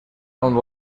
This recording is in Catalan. amb